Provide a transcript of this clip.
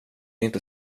inte